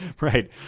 Right